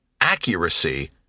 accuracy